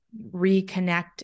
reconnect